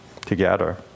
together